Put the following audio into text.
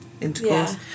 intercourse